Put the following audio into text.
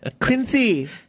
Quincy